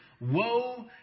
Woe